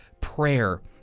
prayer